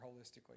holistically